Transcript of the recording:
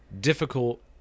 difficult